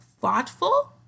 thoughtful